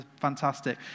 fantastic